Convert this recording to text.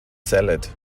salad